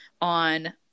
on